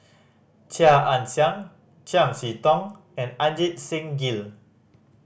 Chia Ann Siang Chiam See Tong and Ajit Singh Gill